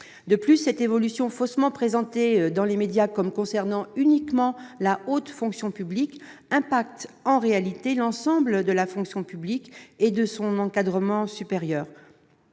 De plus, cette évolution, faussement présentée dans les médias comme concernant uniquement la haute fonction publique, a en réalité un impact sur l'ensemble de la fonction publique et de son encadrement supérieur.